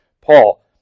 Paul